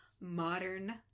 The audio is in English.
modern